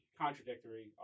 contradictory